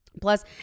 Plus